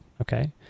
okay